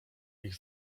ich